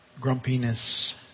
grumpiness